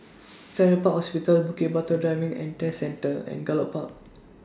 Farrer Park Hospital Bukit Batok Driving and Test Centre and Gallop Park